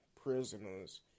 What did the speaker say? prisoners